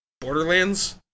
Borderlands